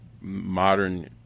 modern